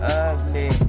ugly